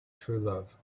truelove